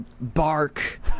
bark